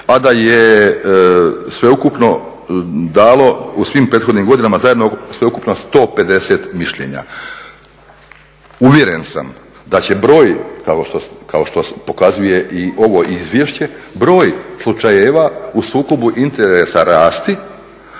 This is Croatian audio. a da je sveukupno dalo u svim prethodnim godinama zajedno sveukupno 150 mišljenja. Uvjeren sam da će broj kao što pokazuje i ovo izvješće, broj slučajeva u sukobu interesa rasti,